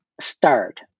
start